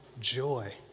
joy